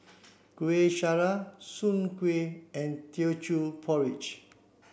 Kueh Syara Soon Kuih and Teochew Porridge